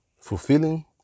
fulfilling